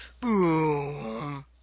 boom